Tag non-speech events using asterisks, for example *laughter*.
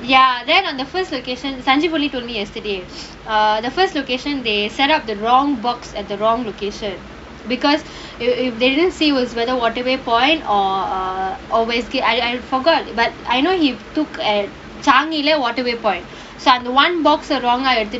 ya then on the first location sanjeev told me yesterday *noise* uh the first location they set up the wrong box at the wrong location because if they didn't whether waterway point or uh always good I forgot but I know he took at changi leh waterway point so அந்த:antha one box சொல்றாங்க எடுத்துட்டு:solraanga eduthuttu